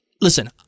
Listen